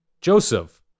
Joseph